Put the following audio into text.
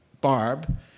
Barb